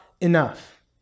enough